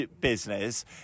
business